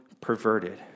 perverted